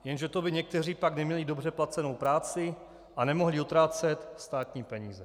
Jenže to by někteří pak neměli dobře placenou práci a nemohli utrácet státní peníze.